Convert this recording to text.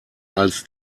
als